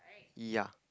yeah